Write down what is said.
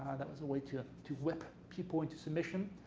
that was a way to to whip people into submission.